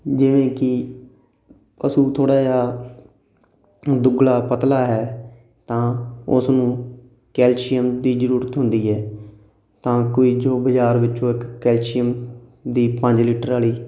ਜਿਵੇਂ ਕਿ ਪਸ਼ੂ ਥੋੜ੍ਹਾ ਜਿਹਾ ਦੁਗਲਾ ਪਤਲਾ ਹੈ ਤਾਂ ਉਸ ਨੂੰ ਕੈਲਸ਼ੀਅਮ ਦੀ ਜ਼ਰੂਰਤ ਹੁੰਦੀ ਹੈ ਤਾਂ ਕੋਈ ਜੋ ਬਾਜ਼ਾਰ ਵਿੱਚੋਂ ਇੱਕ ਕੈਲਸ਼ੀਅਮ ਦੀ ਪੰਜ ਲੀਟਰ ਵਾਲੀ